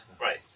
right